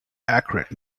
accurate